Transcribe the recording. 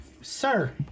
sir